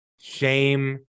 shame